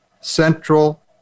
Central